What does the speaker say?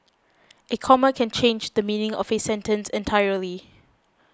a comma can change the meaning of a sentence entirely